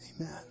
Amen